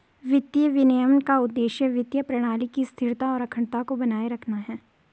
वित्तीय विनियमन का उद्देश्य वित्तीय प्रणाली की स्थिरता और अखंडता को बनाए रखना है